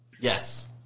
Yes